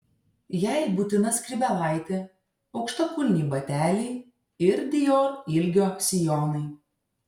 jai būtina skrybėlaitė aukštakulniai bateliai ir dior ilgio sijonai